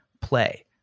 play